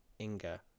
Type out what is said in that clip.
Inga